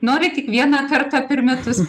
nori tik vieną kartą per metus